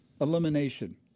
elimination